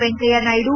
Venkaiah Naidu